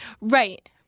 Right